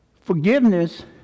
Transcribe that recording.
forgiveness